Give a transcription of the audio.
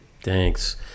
Thanks